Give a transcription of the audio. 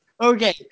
Okay